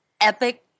epic